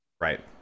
Right